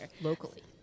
Locally